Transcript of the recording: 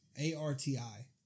A-R-T-I